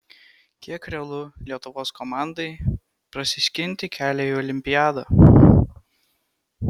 kiek realu lietuvos komandai prasiskinti kelią į olimpiadą